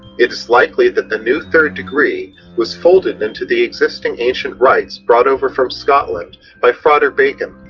it likely that the new third degree was folded into the existing ancient rites brought over from scotland by frater bacon,